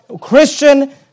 Christian